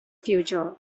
future